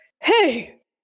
Hey